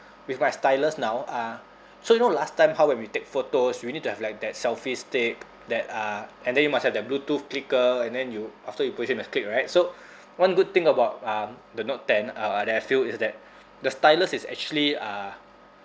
with my stylus now uh so you know last time how when we take photos we need to have like that selfie stick that uh and then you must have that bluetooth clicker and then you after you put in must click right so one good thing about um the note ten uh that I feel is that the stylus is actually uh